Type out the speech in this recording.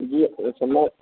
جی